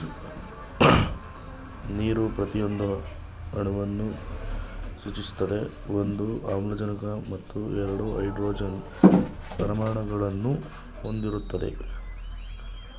ನೀರು ಪ್ರತಿಯೊಂದು ಅಣುವನ್ನು ಸೂಚಿಸ್ತದೆ ಒಂದು ಆಮ್ಲಜನಕ ಮತ್ತು ಎರಡು ಹೈಡ್ರೋಜನ್ ಪರಮಾಣುಗಳನ್ನು ಹೊಂದಿರ್ತದೆ